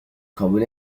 kabul